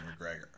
McGregor